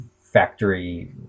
factory